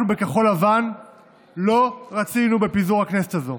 אנחנו בכחול לבן לא רצינו בפיזור הכנסת הזו.